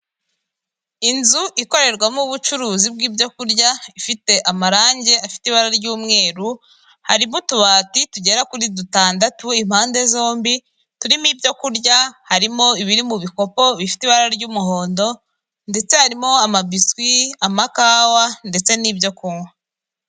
Inzu ikorerwamo ubucuruzi bw'ibyo kurya, ifite amarange afite ibara ry'umweru, harimo utubati tugera kuri dutandatu impande zombi turimo ibyo kurya, harimo ibiri mu bikopo bifite ibara ry'umuhondo ndetse harimo amabiswi, amakawa ndetse n'ibyo kunywa.